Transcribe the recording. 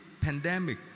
pandemic